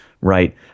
right